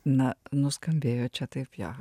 na nuskambėjo čia taip jo